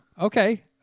okay